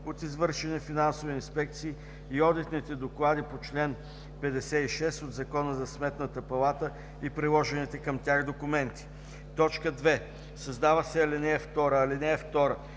от извършени финансови инспекции и одитните доклади по чл. 56 от Закона за Сметната палата и приложените към тях документи.“ 2. Създава се ал. 2: „(2)